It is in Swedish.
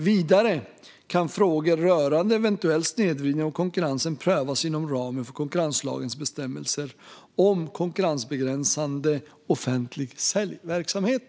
Vidare kan frågor rörande eventuell snedvridning av konkurrensen prövas inom ramen för konkurrenslagens bestämmelser om konkurrensbegränsande offentlig säljverksamhet.